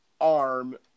arm